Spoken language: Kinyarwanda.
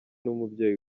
n’umubyeyi